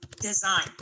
design